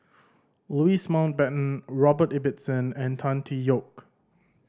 Louis Mountbatten Robert Ibbetson and Tan Tee Yoke